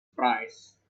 price